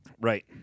Right